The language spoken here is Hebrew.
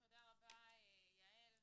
תודה רבה, יעל.